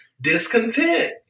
discontent